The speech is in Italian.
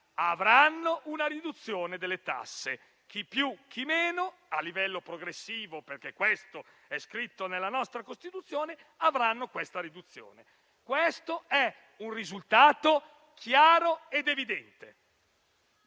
avranno una riduzione delle tasse. Chi più e chi meno, a livello progressivo, perché questo è scritto nella nostra Costituzione, tutti avranno questa riduzione. Si tratta di un risultato chiaro ed evidente.